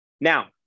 Now